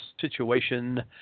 situation